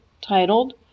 titled